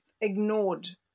ignored